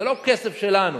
זה לא כסף שלנו,